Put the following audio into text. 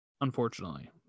unfortunately